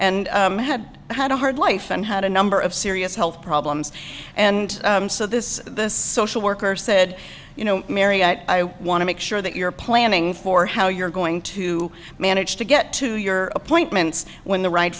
and had had a hard life and had a number of serious health problems and so this this social worker said you know mary i want to make sure that you're planning for how you're going to manage to get to your appointments when the ri